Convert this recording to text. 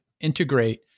integrate